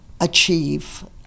achieve